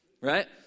right